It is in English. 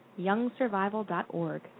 Youngsurvival.org